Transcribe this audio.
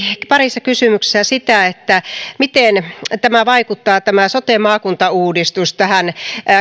parissa kysymyksessä sitä miten tämä sote maakuntauudistus vaikuttaa